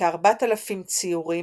כארבעת אלפים ציורים,